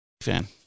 fan